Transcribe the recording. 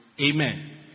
Amen